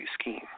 scheme